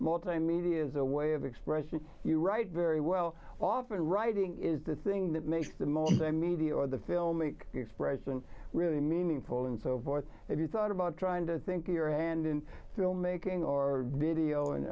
multimedia as a way of expression you write very well often writing is the thing that makes the most media or the film make the expression really meaningful and so forth have you thought about trying to think your hand in filmmaking or video and